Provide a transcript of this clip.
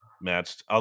matched